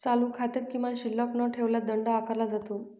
चालू खात्यात किमान शिल्लक न ठेवल्यास दंड आकारला जातो